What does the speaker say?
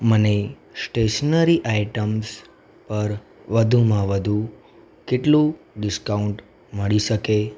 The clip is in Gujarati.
મને સ્ટેશનરી આઇટમ્સ પર વધુમાં વધુ કેટલું ડિસ્કાઉન્ટ મળી શકે